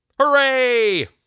Hooray